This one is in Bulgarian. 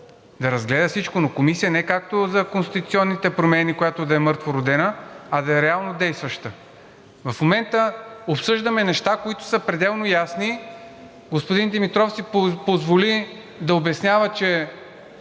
да разгледа всичко, но комисия не както за конституционните промени, която да е мъртвородена, а да е реално действаща. В момента обсъждаме неща, които са пределно ясни. Господин Димитров си позволи да обяснява, че